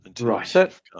Right